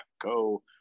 go